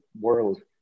world